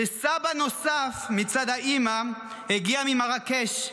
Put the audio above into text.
שסבא נוסף מצד האימא הגיע ממרקש,